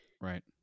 right